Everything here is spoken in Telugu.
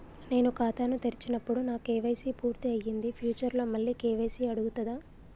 నేను ఖాతాను తెరిచినప్పుడు నా కే.వై.సీ పూర్తి అయ్యింది ఫ్యూచర్ లో మళ్ళీ కే.వై.సీ అడుగుతదా?